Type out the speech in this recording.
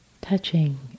touching